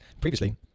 Previously